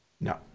No